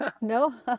No